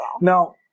Now